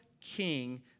king